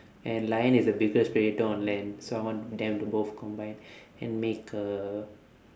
and lion is the biggest predator on land so I want them to both combine and make a